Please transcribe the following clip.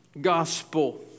gospel